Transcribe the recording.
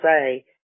say